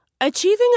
Achieving